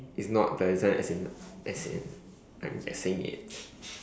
it's not the this one as in as I'm just saying it